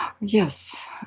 yes